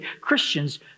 Christians